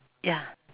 ya